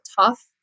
tough